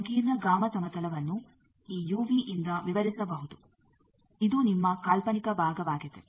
ಸಂಕೀರ್ಣ ಗಾಮಾ ಸಮತಲವನ್ನು ಈ ಯುವಿ ಇಂದ ವಿವರಿಸಬಹುದು ಇದು ನಿಮ್ಮ ಕಾಲ್ಪನಿಕ ಭಾಗವಾಗಿದೆ